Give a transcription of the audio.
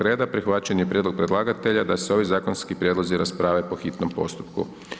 reda, prihvaćen je prijedlog predlagatelja, da se ovi zakonski prijedlozi rasprave po hitnom postupku.